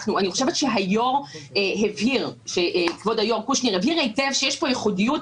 אני חושבת שכבוד היו"ר קושניר הבהיר היטב שיש פה ייחודיות,